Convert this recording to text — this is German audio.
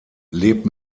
lebt